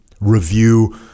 review